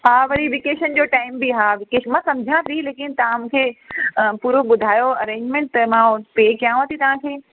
हा वरी विकेशन जो टाइम बि हा विकेशन मां सम्झा लेकिन तां मुखे पूरो ॿुधायो अरेंजमैंट त मां पे कयांव थी तव्हांखे